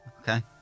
Okay